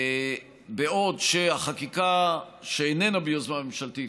והחקיקה שאינה ביוזמה ממשלתית,